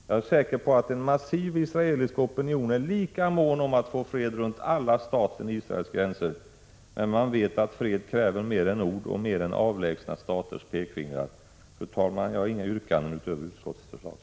Jag är säker på att en massiv israelisk opinion är lika mån om att få fred runt alla staten Israels gränser. Men man vet att fred kräver mer än ord och mer än avlägsna staters pekfingrar. Fru talman! Jag har inget yrkande utöver utskottets förslag.